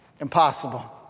impossible